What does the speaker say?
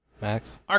Max